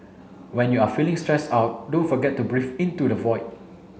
when you are feeling stressed out don't forget to breathe into the void